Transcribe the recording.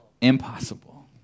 impossible